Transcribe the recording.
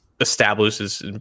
establishes